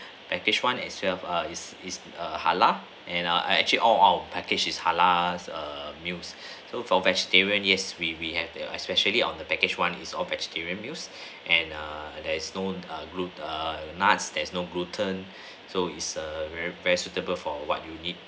package one is safe is is halal and uh actually all our all our package is halal meals so for vegetarian yes we we have there especially on the package one is our vegetarian meals and err there is no glu~ err none there's no gluten so is err very very suitable for what you need